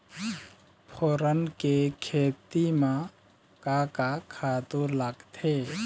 फोरन के खेती म का का खातू लागथे?